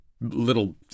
little